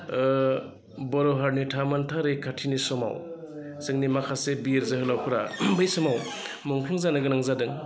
बर' हारिनि थामोन्था रैखाथिनि समाव जोंनि माखासे बीर जोहोलावफोरा बै समाव मुंख्लं जानो गोनां जादों